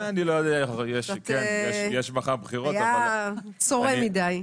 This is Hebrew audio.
צורם מדיי.